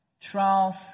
trials